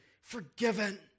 forgiven